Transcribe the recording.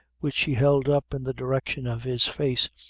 which she held up in the direction of his face,